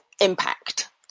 impact